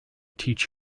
teach